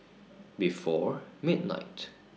before midnight